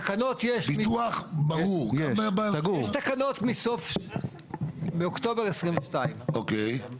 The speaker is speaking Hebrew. תקנות יש, יש תקנות מאוקטובר 2022. אוקיי.